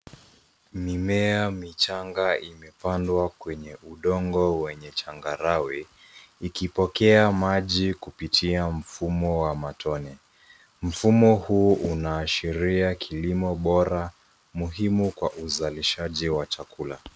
Mimea michanga imepandwa kwenye udongo wenye changarawe ikipokea maji kupitia mfumo wa matone. Mfumo huu unaashiria kilimo bora muhimu kwa uzalishaji wa chakula.